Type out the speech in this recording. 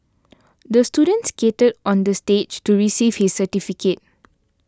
the student skated on the stage to receive his certificate